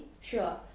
sure